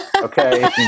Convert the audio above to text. Okay